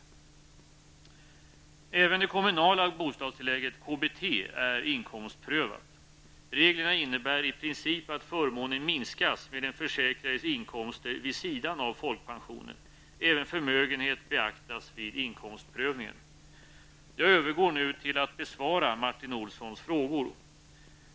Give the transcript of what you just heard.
Även det kommunala bostadstillägget KBT är inkomstprövat. Reglerna innebär i princip att förmånen minskas med den försäkrades inkomster vid sidan av folkpensionen. Även förmögenhet beaktas vid inkomstprövningen. Jag övergår nu till att besvara Martin Olssons frågor.